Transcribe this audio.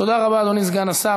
תודה רבה לאדוני סגן השר.